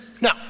No